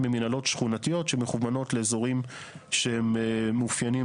הן מינהלות שכונתיות שמכוונות לאזורים שהם מאופיינים